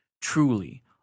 Truly